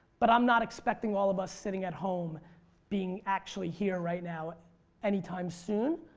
but i'm not expecting all of us sitting at home being actually here right now anytime soon.